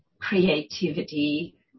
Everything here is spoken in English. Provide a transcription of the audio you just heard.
creativity